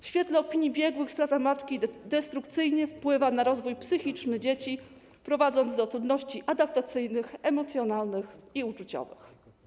W świetle opinii biegłych strata matki destrukcyjnie wpływa na rozwój psychiczny dzieci, prowadząc do trudności adaptacyjnych, emocjonalnych i uczuciowych.